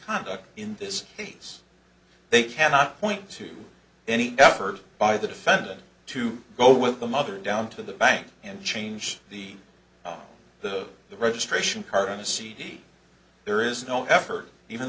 conduct in this case they cannot point to any effort by the defendant to go with the mother down to the bank and change the oh the the registration card on the cd there is no effort even